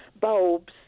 bulbs